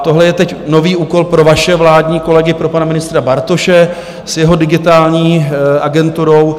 Tohle je teď nový úkol pro vaše vládní kolegy, pro pana ministra Bartoše s jeho Digitální agenturou.